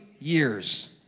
years